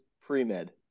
pre-med